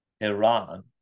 Iran